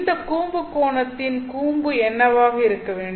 இந்த கூம்பு கோணத்தின் கூம்பு என்னவாக இருக்க வேண்டும்